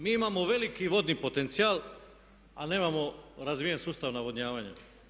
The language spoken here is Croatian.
Mi imamo veliki vodni potencijal, ali nemamo razvijen sustav navodnjavanja.